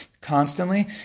constantly